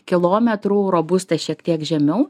kilometrų robusta šiek tiek žemiau